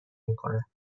میکند